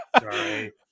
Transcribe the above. Sorry